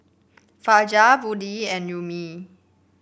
Fajar Budi and Ummi